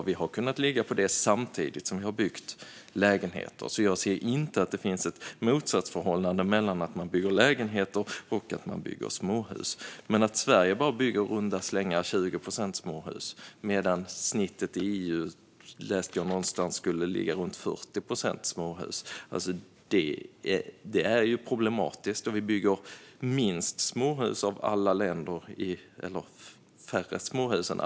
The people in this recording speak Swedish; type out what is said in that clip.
Och vi har kunnat ligga på det samtidigt som vi har byggt lägenheter, så jag ser inte att det finns ett motsatsförhållande mellan att bygga lägenheter och att bygga småhus. Att Sverige i runda slängar bygger bara 20 procent småhus medan snittet i EU, enligt vad jag har läst, ligger runt 40 procent småhus är problematiskt. Sverige bygger färre småhus än alla andra länder i Norden.